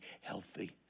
healthy